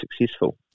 successful